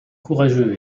courageux